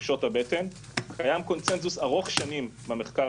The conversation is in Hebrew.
ולתחושות הבטן קיים קונצנזוס ארוך שנים במחקר